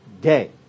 day